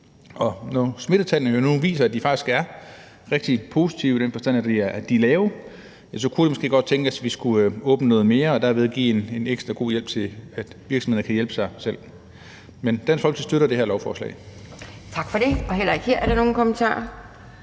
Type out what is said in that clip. Når smittetallene jo nu viser, at de faktisk er rigtig positive, i den forstand at de er lave, så kunne det måske tænkes, at vi skulle åbne noget mere og derved give en ekstra god hjælp til, at virksomhederne kan hjælpe sig selv. Men Dansk Folkeparti støtter det her lovforslag. Kl. 18:16 Anden næstformand